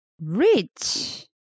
Rich